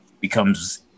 becomes